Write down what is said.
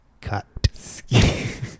cut